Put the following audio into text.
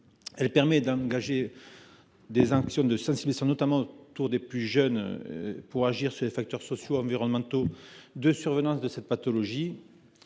possible d’engager des actions de sensibilisation, notamment à destination des plus jeunes, pour agir sur des facteurs sociaux et environnementaux de la survenance de cette pathologie,